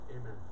amen